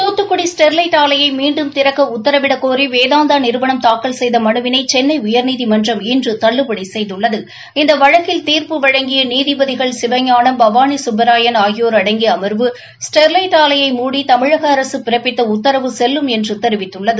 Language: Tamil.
துத்துக்குடி ஸ்டெர்வைட் ஆலையை மீண்டும் திறக்க உத்தரவிடக்கோரி வேதாந்தா நிறுவனம் தாக்கல் செய்த மனுவினை சென்னை உயா்நீதிமன்றம் இன்று தள்ளுபடி செய்துள்ளது இந்த வழக்கில் தீர்ப்பு வழங்கிய நீதிபதிகள் சிவஞானம் பவானி கப்பராயன் ஆகியோர் அடங்கிய அமர்வு ஸ்டெர்வைட் ஆலையை மூடி தமிழக அரசு பிறப்பித்த உத்தரவு செல்லும் என்று தெரிவித்துள்ளது